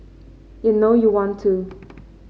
you know you want to